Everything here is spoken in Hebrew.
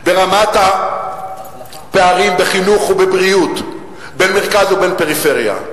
ברמת הפערים בחינוך ובבריאות בין מרכז ובין פריפריה.